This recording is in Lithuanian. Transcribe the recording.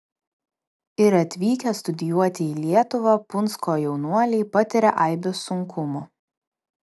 ir atvykę studijuoti į lietuvą punsko jaunuoliai patiria aibes sunkumų